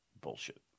Bullshit